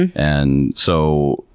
and so,